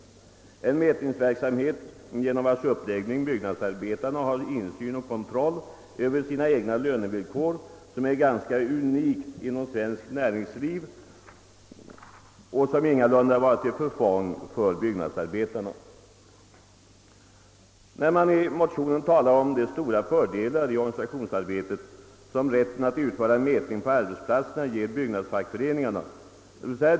Och då gällde det ändå en mätningsverksamhet genom vars uppläggning byggnadsarbetarna har insyn i och kontroll över sina egna lönevillkor — något som är ganska unikt inom svenskt näringsliv och som ingalunda varit till förfång för byggnadsarbetarna. — I motionen står visserligen att rätten att utföra mätning på arbetsplatserna ger byggnadsfackföreningarna stora fördelar i organisationsarbetet.